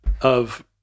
of-